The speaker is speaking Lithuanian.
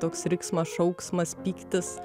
toks riksmas šauksmas pyktis